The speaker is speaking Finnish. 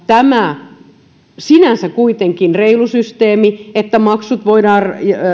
tämä tosiasiassa sinänsä kuitenkin reilu systeemissä että maksut voidaan